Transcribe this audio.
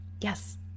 Yes